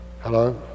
Hello